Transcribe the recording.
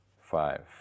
five